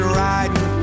riding